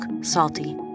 Salty